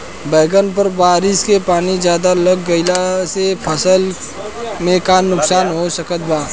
बैंगन पर बारिश के पानी ज्यादा लग गईला से फसल में का नुकसान हो सकत बा?